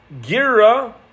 gira